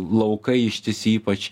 laukai ištisi ypač